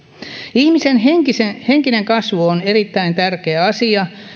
ihmisen henkinen henkinen kasvu on erittäin tärkeä asia